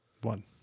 One